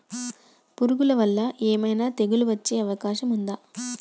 పురుగుల వల్ల ఏమైనా తెగులు వచ్చే అవకాశం ఉందా?